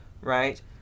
Right